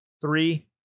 Three